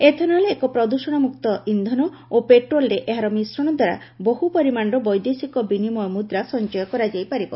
ethanol ଏକ ପ୍ରଦୃଷଣମୃକ୍ତ ଇନ୍ଧନ ଓ ପେଟ୍ରୋଲ୍ରେ ଏହାର ମିଶ୍ରଣ ଦ୍ୱାରା ବହୁ ପରିମାଣର ବୈଦେଶିକ ବିନିମୟ ମ୍ରଦା ସଂଚୟ କରାଯାଇ ପରିବ